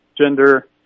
gender